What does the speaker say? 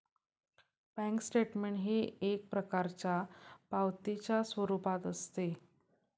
bank statement हे एक प्रकारच्या पावतीच्या स्वरूपात असते